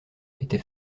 était